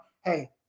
Hey